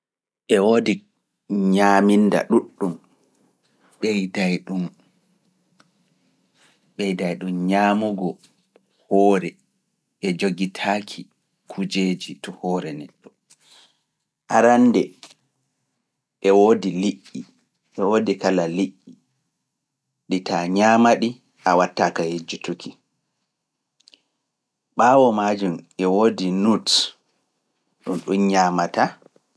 E woodi ñaaminda ɗuɗɗum, ɓeyday ɗum ñaamugo hoore e jogitaaki kujeeji to hoore neɗɗo. Arannde e woodi liƴƴi, e woodi kala liƴƴi ɗi taa ñaama ɗi a wattaaka e jutuki. Ɓaawo maajum e woodi nudes ɗum ɗum ñaamataa.